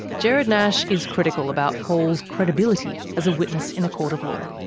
gerard nash is critical about paul's credibility as a witness in a court of law.